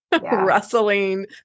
wrestling